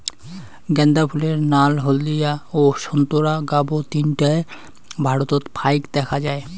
গ্যান্দা ফুলের নাল, হলদিয়া ও সোন্তোরা গাব তিনটায় ভারতত ফাইক দ্যাখ্যা যায়